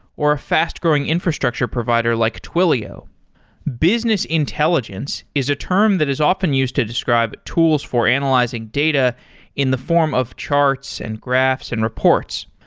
or a fast-growing infrastructure provider like twilio business intelligence is a term that is often used to describe tools for analyzing data in the form of charts and graphs and reports.